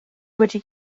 wedi